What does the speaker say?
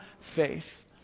faith